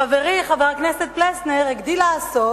חברי חבר הכנסת פלסנר הגדיל לעשות,